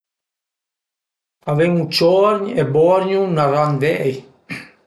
A venu ciorgn e borgn venant vei